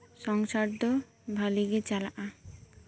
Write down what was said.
ᱥᱚᱝᱥᱟᱨ ᱫᱚ ᱵᱷᱟᱞᱮᱜᱮ ᱪᱟᱞᱟᱜᱼᱟ